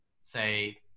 say